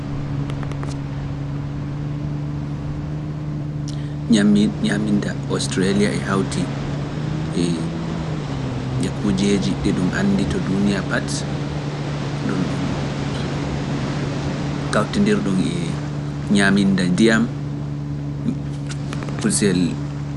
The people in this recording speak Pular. ɲammbinda Australia e hawti e e kujeeji ɗi ɗum andi to duniya pat ɗum ɗum kawtindir ɗum e ɲammbinda ndiyam kusel.